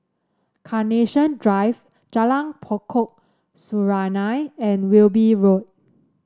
Carnation Drive Jalan Pokok Serunai and Wilby Road